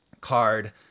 card